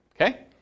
Okay